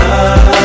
love